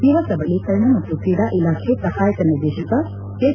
ಯುವ ಸಬಲೀಕರಣ ಮತ್ತು ಕ್ರೀಡಾ ಇಲಾಖೆ ಸಹಾಯಕ ನಿರ್ದೇಶಕ ಎಸ್